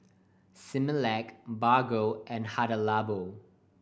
Similac Bargo and Hada Labo